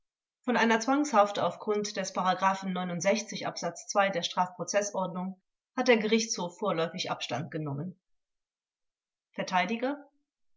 von einer zwangshaft auf grund des ab der strafprozeßordnung hat der gerichtshof vorläufig abstand genommen